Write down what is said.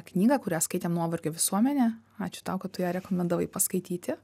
knygą kurią skaitėm nuovargio visuomenė ačiū tau kad tu ją rekomendavai paskaityti